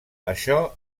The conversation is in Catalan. això